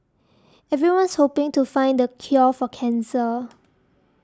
everyone's hoping to find the cure for cancer